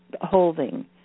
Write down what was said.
holding